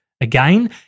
Again